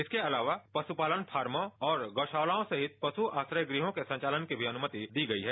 इसके अलावा पश्पालन फार्मो और गौशालाओं सहित पश्न आश्रय गृहों के संचालन की भी अनुमति दी गई है